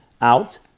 out